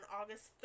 August